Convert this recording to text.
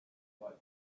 what